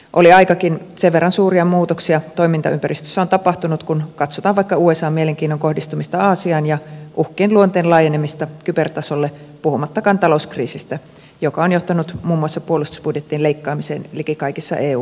oli aikakin sen verran suuria muutoksia toimintaympäristössä on tapahtunut kun katsotaan vaikka usan mielenkiinnon kohdistumista aasiaan ja uhkien luonteen laajenemista kybertasolle puhumattakaan talouskriisistä joka on johtanut muun muassa puolustusbudjettien leikkaamiseen liki kaikissa eu maissa